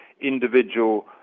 individual